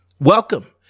Welcome